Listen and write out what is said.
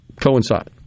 coincide